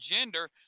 gender